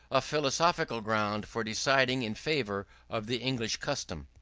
a philosophical ground for deciding in favour of the english custom.